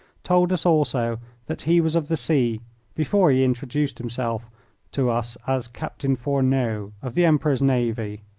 told us also that he was of the sea before he introduced himself to us as captain fourneau, of the emperor's navy.